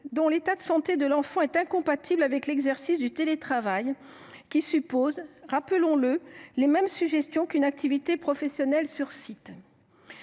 dont l’état de santé de l’enfant est incompatible avec l’exercice du télétravail, qui implique – rappelons le – les mêmes sujétions qu’une activité professionnelle sur site.